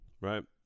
right